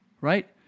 right